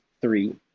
three